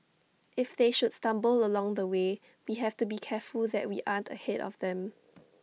if they should stumble along the way we have to be careful that we aren't ahead of them